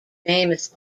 famous